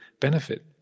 benefit